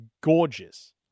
gorgeous